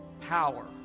power